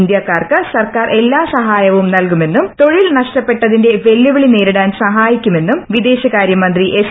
ജന്തൃ്ക്കാർക്ക് സർക്കാർ എല്ലാ സഹായവും നൽകുമെന്നും തൊഴിൽ നഷ്ടപ്പെട്ടതിന്റെ വെല്ലുവിളി നേരിടാൻ ഫ്ലൂഹായിക്കുമെന്നും വിദേശകാര്യമന്ത്രി എസ്